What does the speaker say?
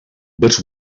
but